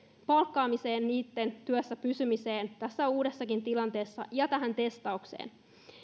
palkkaamiseen heidän työssä pysymiseensä tässä uudessakin tilanteessa ja tähän testaukseen